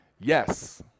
Yes